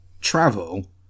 travel